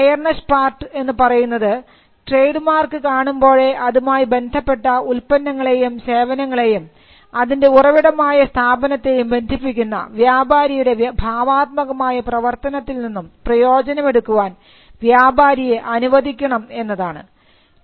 അപ്പോൾ ഈ fairness part എന്ന് പറയുന്നത് ട്രേഡ് മാർക്ക് കാണുമ്പോഴേ അതുമായി ബന്ധപ്പെട്ട ഉൽപന്നങ്ങളെയും സേവനങ്ങളെയും അതിൻറെ ഉറവിടമായ സ്ഥാപനത്തെയും ബന്ധിപ്പിക്കുന്ന വ്യാപാരിയുടെ ഭാവാത്മകമായ പ്രവർത്തനത്തിൽ നിന്നും പ്രയോജനം എടുക്കുവാൻ വ്യാപാരിയെ അനുവദിക്കണം എന്നതാണ്